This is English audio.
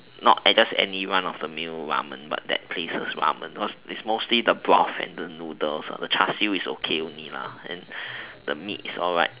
not at just any one of the new ramen but that place's ramen because it's mostly the broth and the noodles the char-siew is okay only and the meat is all right